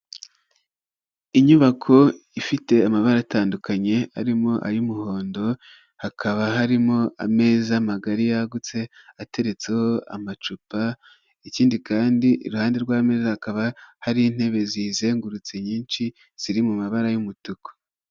Inyubako ifite amabara atandukanye arimo ay'umuhondo hakaba harimo ameza magari yagutse ateretseho amacupa ikindi kandi iruhande rw'ameza hakaba hari intebe ziyangurutse nyinshi ziri mu mabara y'umutuku.